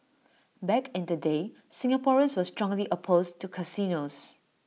back in the day Singaporeans were strongly opposed to casinos